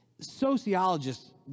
Sociologists